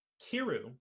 Kiru